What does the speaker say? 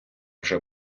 вже